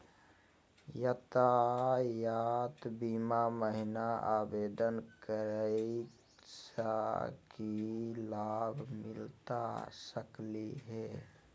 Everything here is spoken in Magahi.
यातायात बीमा महिना आवेदन करै स की लाभ मिलता सकली हे?